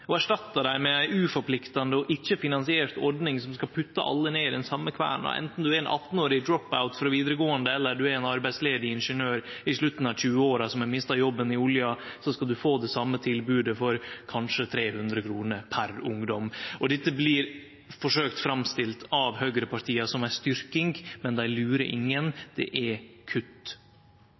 og erstattar dei med ei uforpliktande og ikkje-finansiert ordning som skal putte alle ned i den same kverna. Anten ein er ein 18-årig drop-out frå vidaregåande eller ein arbeidsledig ingeniør i slutten av 20-åra som har mista jobben i olja, skal ein få det same tilbodet for kanskje 300 kr per ungdom. Dette blir forsøkt framstilt av høgrepartia som ei styrking, men dei lurer ingen – det er kutt.